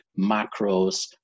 macros